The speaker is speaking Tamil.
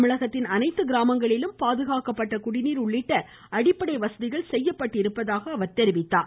தமிழகத்தின் அனைத்து கிராமங்களிலும் பாதுகாக்கப்பட்ட குடிநீர் உள்ளிட்ட அடிப்படை வசதிகள் செய்யப்பட்டிருப்பதாகவும் தெரிவித்தார்